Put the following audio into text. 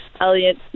Elliot